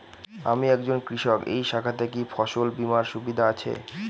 আমি একজন কৃষক এই শাখাতে কি ফসল বীমার সুবিধা আছে?